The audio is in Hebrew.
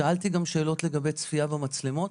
שאלתי גם שאלות לגבי צפייה במצלמות.